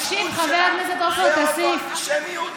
תקשיב, חבר הכנסת עופר כסיף, זה אוטו-אנטישמיות?